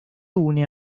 une